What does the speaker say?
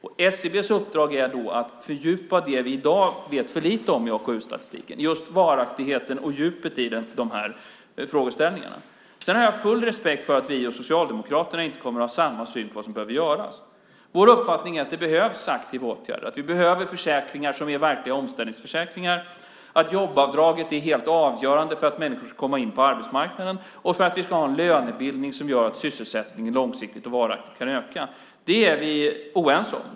SCB:s uppdrag är att fördjupa det vi i dag vet för lite om i AKU-statistiken, nämligen just varaktigheten och djupet i de här frågeställningarna. Jag har full respekt för att vi och Socialdemokraterna inte kommer att ha samma syn på vad som behöver göras. Vår uppfattning är att det behövs aktiva åtgärder, att vi behöver försäkringar som är verkliga omställningsförsäkringar och att jobbavdraget är helt avgörande för att människor ska komma in på arbetsmarknaden och för att vi ska ha en lönebildning som gör att sysselsättningen långsiktigt och varaktigt kan öka. Det är vi oense om.